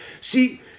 See